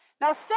Now